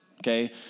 Okay